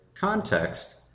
context